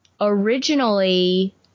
Originally